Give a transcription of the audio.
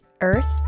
Earth